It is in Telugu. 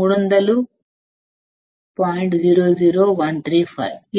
0135